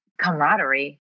camaraderie